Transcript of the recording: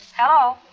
hello